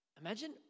Imagine